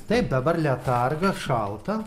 taip dabar letargas šalta